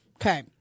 Okay